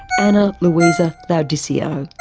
ana luisa laudisio.